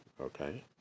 Okay